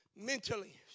mentally